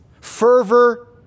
fervor